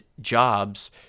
Jobs